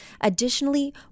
Additionally